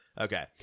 Okay